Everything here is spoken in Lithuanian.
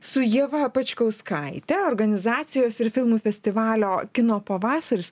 su ieva pačkauskaite organizacijos ir filmų festivalio kino pavasaris